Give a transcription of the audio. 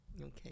Okay